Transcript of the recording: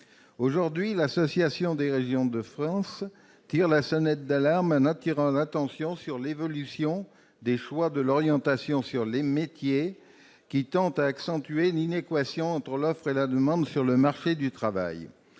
Aujourd'hui, l'Association des régions de France (ARF) tire la sonnette d'alarme sur l'évolution des choix d'orientation sur les métiers, qui tend à accentuer l'inadéquation entre l'offre et la demande sur le marché du travail.